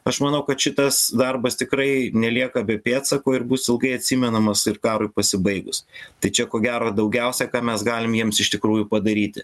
aš manau kad šitas darbas tikrai nelieka be pėdsakų ir bus ilgai atsimenamas ir karui pasibaigus tai čia ko gero daugiausia ką mes galim jiems iš tikrųjų padaryti